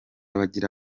bagira